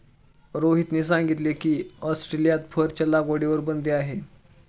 रोहितने सांगितले की, ऑस्ट्रेलियात फरच्या लागवडीवर बंदी आहे